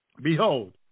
behold